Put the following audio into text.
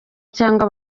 cyangwa